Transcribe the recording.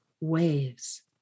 waves